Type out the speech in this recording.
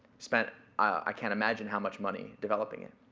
spent, i can't imagine how much money developing it.